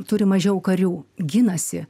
turi mažiau karių ginasi